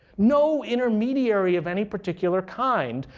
no intermediary of any particular kind.